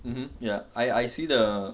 mmhmm ya I I see the